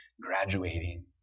graduating